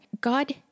God